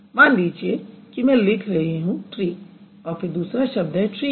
मान लीजिये कि मैं लिख रही हूँ ट्री और फिर दूसरा शब्द है ट्रीज़